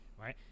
right